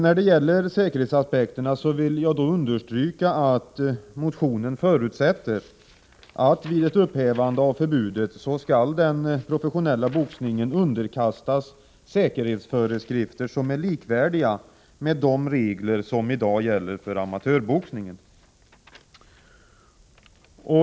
När det gäller säkerhetsaspekterna vill jag understryka att det i motionen förutsätts att den professionella boxningen vid ett upphävande av förbudet skall underkastas säkerhetsföreskrifter som är likvärdiga med de regler som i dag gäller för amatörboxningen.